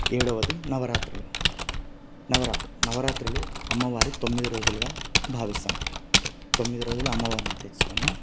ఏడవది నవరాత్రులు నవరాత్రి నవరాత్రులు అమ్మవారి తొమ్మిది రోజులుగా భావిస్తాము తొమ్మిది రోజులు అమ్మవారిని తెచ్చుకొని